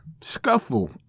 scuffle